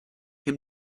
him